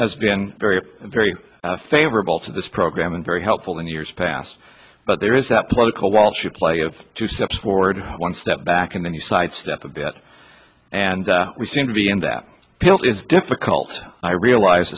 has been very very favorable to this program and very helpful in years past but there is that political wall street play of two steps forward one step back and then you sidestep a bit and we seem to be in that pill is difficult i realize